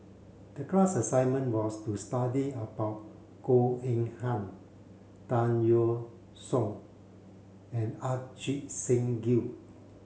the class assignment was to study about Goh Eng Han Tan Yeok Seong and Ajit Singh Gill